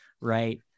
right